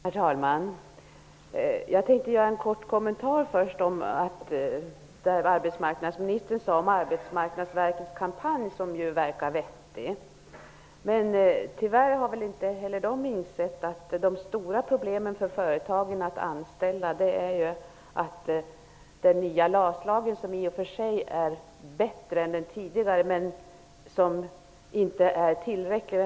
Herr talman! Jag skulle vilja börja med en kort kommentar till det arbetsmarknadsministern sade om Arbetsmarknadsverkets kampanj, som verkar vettig. Tyvärr har väl inte heller det verket insett att de stora problemen för företagen vid anställningar är den nya LAS-lagen. Den är i och för sig bättre än den tidigare lagen, men det är inte tillräckligt.